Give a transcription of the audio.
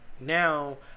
Now